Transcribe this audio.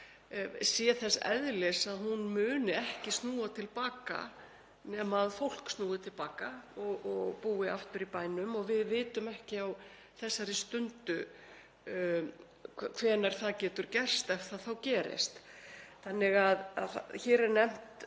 sé þess eðlis að hún muni ekki snúa til baka nema fólk snúi til baka og búi aftur í bænum og við vitum ekki á þessari stundu hvenær það getur gerst ef það þá gerist. Hér er nefnt,